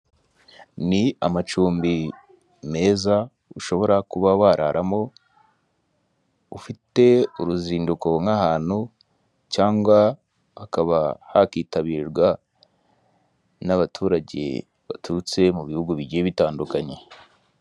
Ni amacumbi meza ushobora kuba wararamo, ufite uruzinduko nk'ahantu, cyangwa hakaba hakitabirwa n'abaturage baturutse mu bihugu bigiye bitandukanye.